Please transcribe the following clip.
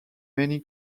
many